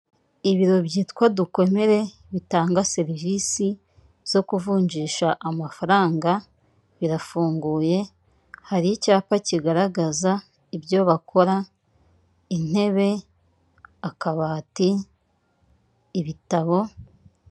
Ibiro byitwa dukomere bitanga serivisi zo kuvunjisha amafaranga birafunguye hari icyapa kigaragaza ibyo bakora intebe, akabati, ibitabo,...